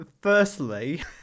firstly